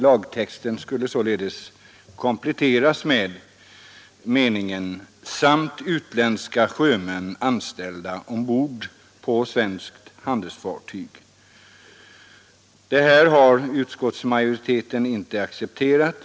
Lagtexten föreslås kompletterad med orden ”samt utländska sjömän på svenskt fartyg”. Detta har utskottsmajoriteten inte accepterat.